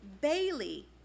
Bailey